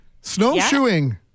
snowshoeing